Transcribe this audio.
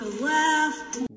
left